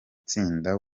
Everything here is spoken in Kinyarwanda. tsinda